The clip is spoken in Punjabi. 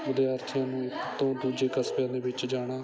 ਵਿਦਿਆਰਥੀਆਂ ਨੂੰ ਇੱਕ ਤੋਂ ਦੂਜੇ ਕਸਬਿਆਂ ਦੇ ਵਿੱਚ ਜਾਣਾ